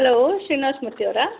hello Srinivas ಮೂರ್ತಿಯವರಾ